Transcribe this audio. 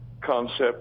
concept